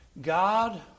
God